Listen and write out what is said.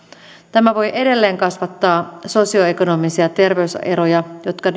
tämä voi edelleen kasvattaa sosioekonomisia terveyseroja jotka